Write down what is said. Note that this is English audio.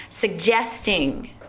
suggesting